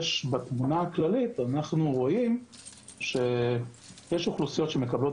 בתמונה הכללית אנחנו רואים שיש אוכלוסיות שמקבלות